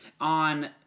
on